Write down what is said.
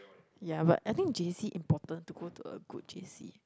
ya but I think J_C important to go to a good J_C